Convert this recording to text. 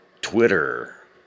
Twitter